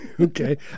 okay